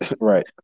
Right